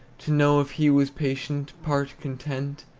to know if he was patient, part content,